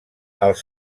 els